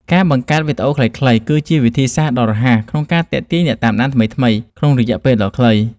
ការបង្កើតវីដេអូខ្លីៗ គឺជាវិធីសាស្ត្រដ៏រហ័សក្នុងការទាក់ទាញអ្នកតាមដានថ្មីៗក្នុងរយៈពេលដ៏ខ្លី។